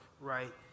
right